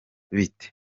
bite